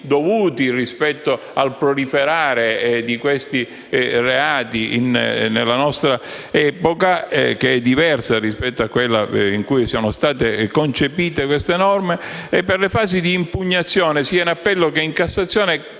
dovuti rispetto al proliferare di questi reati nella nostra epoca, che è diversa rispetto a quella in cui sono state concepite queste norme) per le fasi d'impugnazione sia in appello che in Cassazione,